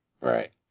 Right